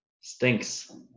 Stinks